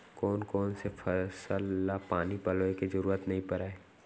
कोन कोन से फसल ला पानी पलोय के जरूरत नई परय?